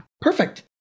Perfect